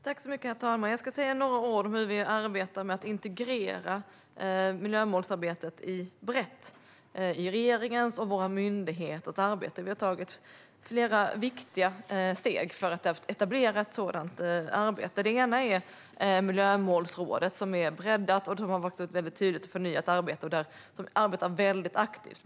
Herr talman! Jag ska säga några ord om hur vi arbetar med att integrera miljömålsarbetet brett i regeringens och våra myndigheters arbete. Vi har tagit flera viktiga steg för att etablera ett sådant arbete. Ett sådant steg är miljömålsrådet, som är breddat och fått ett tydligt förnyat arbete. De arbetar väldigt aktivt.